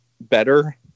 better